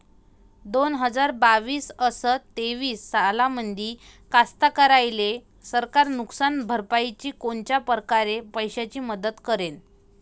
दोन हजार बावीस अस तेवीस सालामंदी कास्तकाराइले सरकार नुकसान भरपाईची कोनच्या परकारे पैशाची मदत करेन?